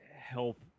help